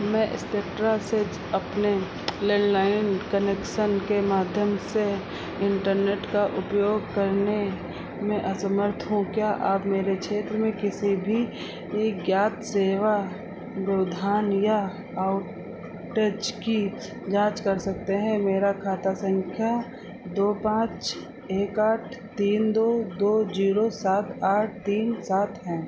मैं स्पेक्ट्रा से अपने लैंडलाइन कनेक्शन के माध्यम से इंटरनेट का उपयोग करने में असमर्थ हूँ क्या आप मेरे क्षेत्र में किसी भी ज्ञात सेवा व्यवधान या आउटेज की जांच कर सकते हैं मेरा खाता संख्या दो पाँच एक आठ तीन दो दो जीरो सात आठ तीन सात है